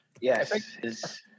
Yes